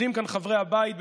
יודעים כאן חברי הבית,